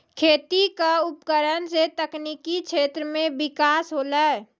खेती क उपकरण सें तकनीकी क्षेत्र में बिकास होलय